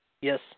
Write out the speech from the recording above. Yes